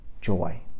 joy